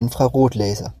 infrarotlaser